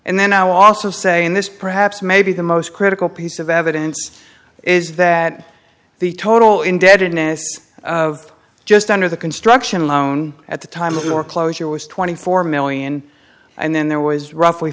and then i will also say in this perhaps maybe the most critical piece of evidence is that the total indebtedness of just under the construction loan at the time of your closure was twenty four million and then there was roughly